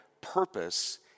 purpose